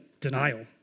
denial